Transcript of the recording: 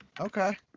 Okay